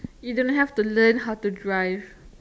you don't have to learn how to drive